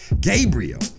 Gabriel